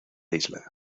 isla